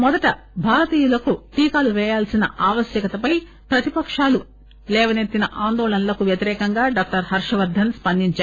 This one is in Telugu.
మొదట భారతీయులకు టీకాలు వేయాల్సిన ఆవశ్యకతపై ప్రతిపకాలు లేవనెత్తిన ఆందోళనలకు వ్యతిరేకంగా డాక్టర్ హర్షవర్దన్ స్పందించారు